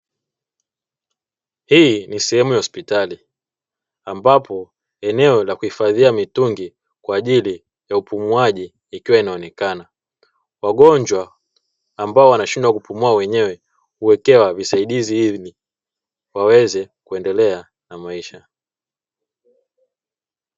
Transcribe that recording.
Hii ni sehemu ya hospitali ambapo eneo la kuhifadhia mitungi kwa ajili ya upumuaji, ikiwa inaonekana wagonjwa ambao wanashindwa kupumua wenyewe huwekewa visaidizi hivi waweze kuendelea na maisha.